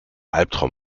albtraum